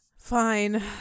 Fine